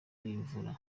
n’imvura